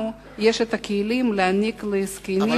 לנו יש את הכלים להעניק לזקנים עתיד טוב יותר.